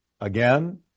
Again